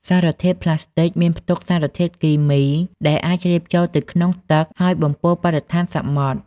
សារធាតុប្លាស្ទិកមានផ្ទុកសារធាតុគីមីដែលអាចជ្រាបចូលទៅក្នុងទឹក ហើយបំពុលបរិស្ថានសមុទ្រ។